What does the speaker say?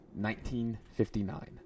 1959